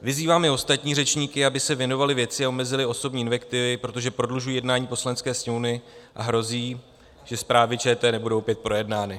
Vyzývám i ostatní řečníky, aby se věnovali věci a omezili osobní invektivy, protože prodlužují jednání Poslanecké sněmovny a hrozí, že zprávy ČT nebudou opět projednány.